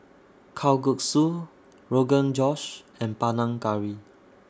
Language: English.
Kalguksu Rogan Josh and Panang Curry